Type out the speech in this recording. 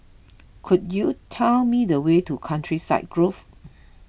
could you tell me the way to Countryside Grove